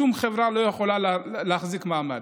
שום חברה לא יכולה להחזיק מעמד.